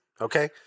okay